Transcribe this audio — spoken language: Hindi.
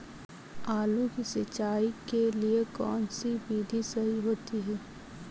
आलू की सिंचाई के लिए कौन सी विधि सही होती है?